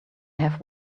have